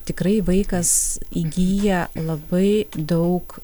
tikrai vaikas įgyja labai daug